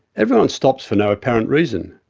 everyone stops for no apparent reason,